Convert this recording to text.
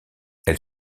elle